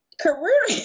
Career